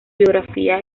biografía